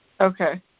Okay